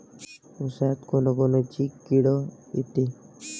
ऊसात कोनकोनची किड येते?